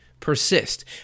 persist